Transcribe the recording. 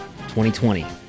2020